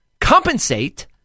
compensate